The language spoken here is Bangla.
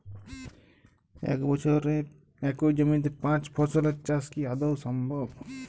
এক বছরে একই জমিতে পাঁচ ফসলের চাষ কি আদৌ সম্ভব?